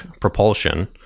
propulsion